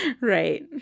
Right